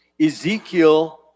Ezekiel